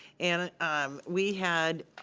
and um we had,